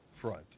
front